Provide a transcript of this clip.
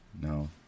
no